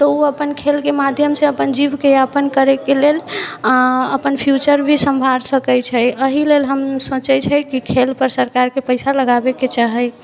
तऽ उ अपन खेलके माध्यमस अपन जीवके जीवनयापन करैके लेल आओर अपन फ्यूचर भी सम्भाल सकै छै अहि लेल हम सोचै छै कि खेलपर सरकारके पैसा लगाबैके चाही